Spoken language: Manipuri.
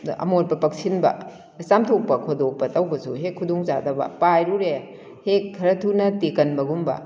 ꯑꯗ ꯑꯃꯣꯠꯄ ꯄꯛꯁꯤꯟꯕ ꯆꯥꯝꯊꯣꯛꯄ ꯈꯣꯠꯇꯣꯛꯄ ꯇꯧꯕꯁꯨ ꯍꯦꯛ ꯈꯨꯗꯣꯡ ꯆꯥꯗꯕ ꯄꯥꯏꯔꯨꯔꯦ ꯍꯦꯛ ꯈꯔ ꯊꯨꯅ ꯇꯦꯛꯀꯟꯕ ꯒꯨꯝꯕ